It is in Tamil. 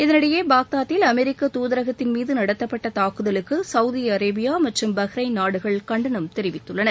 இதனிடையே பாக்தாத்தில் அமெரிக்க தூதரகத்தின் மீது நடத்தப்பட்ட தாக்குதலுக்கு சவுதி அரேபியா மற்றும் பஹ்ரைன் நாடுகள் கண்டனம் தெரிவித்துள்ளன